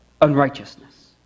unrighteousness